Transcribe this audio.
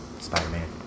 Spider-Man